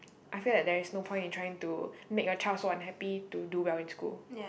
I feel like there's no point in trying to make your child so unhappy to do well in school